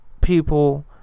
people